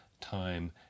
time